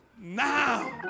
now